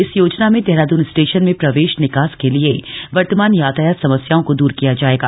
इस योजना में देहरादून स्टेशन में प्रवेशनिकास के लिए वर्तमान यातायात समस्याओं को दूर किया जाएगा